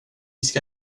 ska